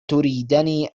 تريدني